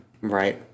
Right